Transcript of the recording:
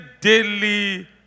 daily